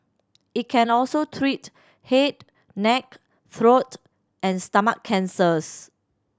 it can also treat head neck throat and stomach cancers